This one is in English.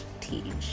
teach